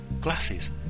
glasses